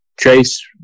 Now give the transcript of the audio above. Chase